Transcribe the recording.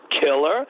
killer